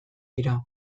dira